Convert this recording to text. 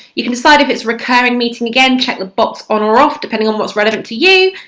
you can decide if it's recurring meeting, again check the box on or off depending on what's relevant to you.